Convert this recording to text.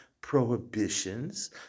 prohibitions